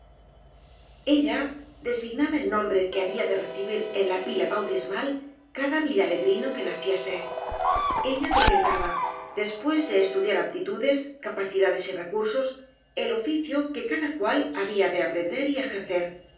ella designaba el nombre que había de recibir en la pila bautismal cada villalegrino que naciese ella decretaba después de estudiar aptitudes capa cidades y recursos el oficio que cada cual había de aprender y ejercer